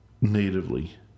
natively